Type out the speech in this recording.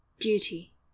duty